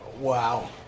Wow